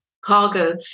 cargo